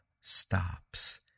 stops